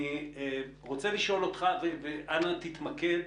אני רוצה לשאול אותך, ואנא תתמקד.